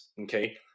okay